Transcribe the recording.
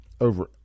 over